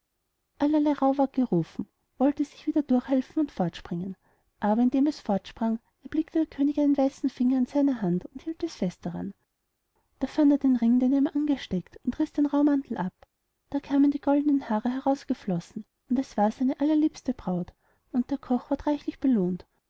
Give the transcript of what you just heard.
ward gerufen wollte sich wieder durchhelfen und fortspringen aber indem es fortsprang erblickte der könig einen weißen finger an seiner hand und hielt es fest daran da fand er den ring den er ihm angesteckt und riß den rauchmantel ab da kamen die goldenen haare heraus geflossen und es war seine allerliebste braut und der koch ward reichlich belohnt